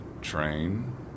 Train